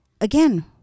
again